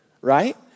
right